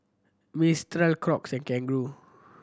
Mistral Crocs and Kangaroo